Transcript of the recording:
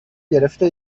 گرفته